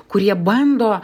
kurie bando